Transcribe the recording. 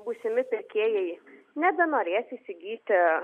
būsimi pirkėjai nebenorės įsigyti